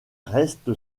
reste